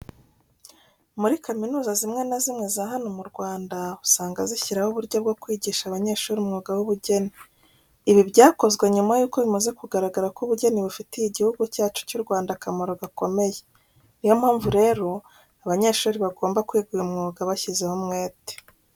Muri kaminuza zimwe na zimwe za hano mu Rwanda, usanga zishyiraho uburyo bwo kwigisha abanyeshuri umwuga w'ubugeni. Ibi byakozwe nyuma yuko bimaze kugaragara ko ubugeni bufitiye Igihugu cyacu cy'u Rwanda akamaro gakomeye. Niyo mpamvu rero abanyeshuri bagomba kwiga uyu mwuga bashyizeho umwete.